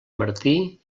martí